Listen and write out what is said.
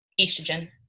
estrogen